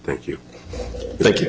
thank you thank you